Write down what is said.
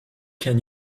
can